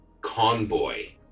convoy